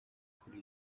kuri